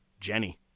Jenny